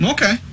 Okay